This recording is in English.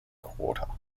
quarter